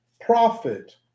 profit